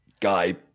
guy